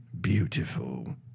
beautiful